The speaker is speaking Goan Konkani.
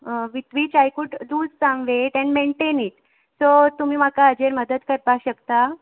with which I could lose some weight and maintain it so तुमी म्हाका हाजेर मदत करपा शकता